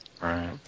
Right